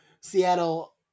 seattle